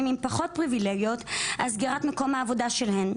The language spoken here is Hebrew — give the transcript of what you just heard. עם פחות פריבילגיות על סגירת מקום העבודה שלהן,